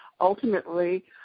ultimately